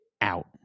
out